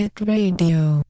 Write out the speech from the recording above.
Radio